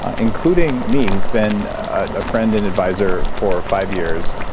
ah including me. he's been a friend and advisor for five years.